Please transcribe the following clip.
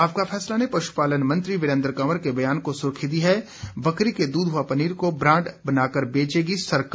आपका फैसला ने पशुपालन मंत्री विरेंद्र कंवर के बयान को सुर्खी दी है बकरी के दूध व पनीर को ब्रांड बनाकर बेचेगी सरकार